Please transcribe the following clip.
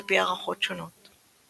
על פי הערכות שונות.